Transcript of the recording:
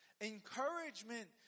encouragement